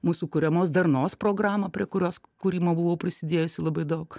mūsų kuriamos darnos programą prie kurios kūrimo buvau prisidėjusi labai daug